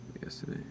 yesterday